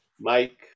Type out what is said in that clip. Mike